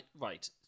Right